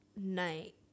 night